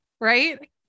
right